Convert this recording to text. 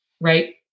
Right